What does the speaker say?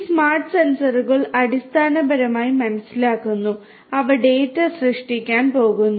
ഈ സ്മാർട്ട് സെൻസറുകൾ അടിസ്ഥാനപരമായി മനസ്സിലാക്കുന്നു അവ ഡാറ്റ സൃഷ്ടിക്കാൻ പോകുന്നു